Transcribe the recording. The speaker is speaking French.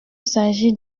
s’agit